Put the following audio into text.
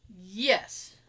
Yes